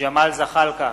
ג'מאל זחאלקה,